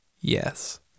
Yes